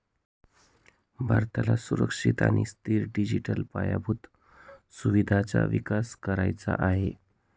भारताला सुरक्षित आणि स्थिर डिजिटल पायाभूत सुविधांचा विकास करायचा आहे